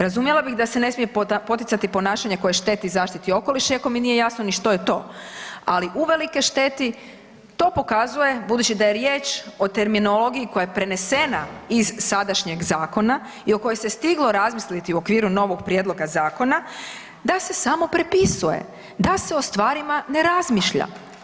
Razumjela bih da se ne smije poticati ponašanje koje šteti zaštiti okoliša iako mi nije jasno ni što je to, ali uvelike šteti, to pokazuje budući da je riječ o terminologiji koja je prenesena iz sadašnjeg zakona i o kojoj se stiglo razmisliti u okviru novog prijedloga zakona, da se samo prepisuje, da se o stvarima ne razmišlja.